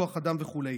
כוח אדם וכו'.